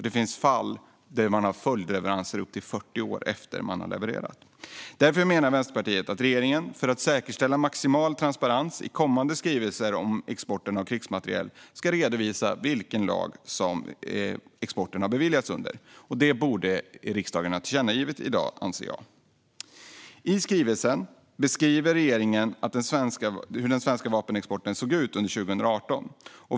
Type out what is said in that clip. Det finns fall där man haft följdleveranser upp till 40 år efter att man levererat. Därför menar Vänsterpartiet att regeringen, för att säkerställa maximal transparens, i kommande skrivelser om exporten av krigsmateriel ska redovisa enligt vilken lag exporten beviljats. Det anser jag att riksdagen borde ha tillkännagivit i dag. I skrivelsen beskriver regeringen hur den svenska vapenexporten såg ut under 2018.